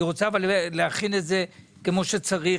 אבל אני רוצה להכין את זה כמו שצריך,